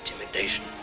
intimidation